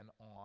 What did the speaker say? on